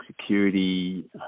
security